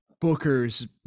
Booker's